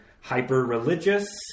hyper-religious